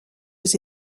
aux